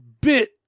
bit